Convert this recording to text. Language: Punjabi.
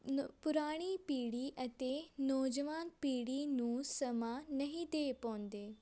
ਨੌ ਪੁਰਾਣੀ ਪੀੜ੍ਹੀ ਅਤੇ ਨੌਜਵਾਨ ਪੀੜ੍ਹੀ ਨੂੰ ਸਮਾਂ ਨਹੀਂ ਦੇ ਪਾਉਂਦੇ